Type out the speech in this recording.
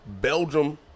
Belgium